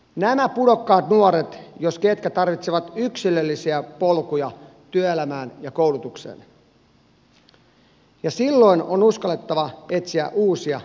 nämä pudokkaat nuoret jos ketkä tarvitsevat yksilöllisiä polkuja työelämään ja koulutukseen ja silloin on uskallettava etsiä uusia lähestymistapoja